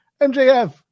MJF